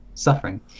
suffering